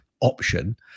option